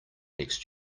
next